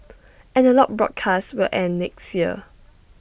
analogue broadcasts will end next year